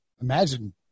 Imagine